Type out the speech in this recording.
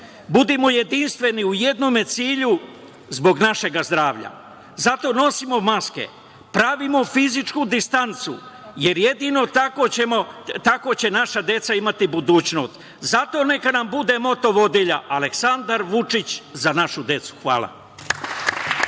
budimo jedinstveni u jednom cilju zbog našeg zdravlja. Zato nosimo maske, pravimo fizičku distancu, jer jedino tako će naša deca imati budućnost. Zato neka nam bude moto vodilja Aleksandar Vučić – Za našu decu. Hvala.